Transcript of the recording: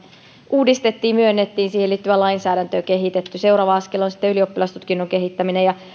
uudistettiin ja myönnettiin ja siihen liittyvää lainsäädäntöä on kehitetty seuraava askel on sitten ylioppilastutkinnon kehittäminen ja